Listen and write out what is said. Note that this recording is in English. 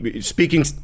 speaking